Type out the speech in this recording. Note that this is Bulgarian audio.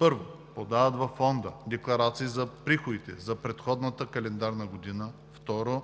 1. подават във фонда декларация за приходите за предходната календарна година; 2.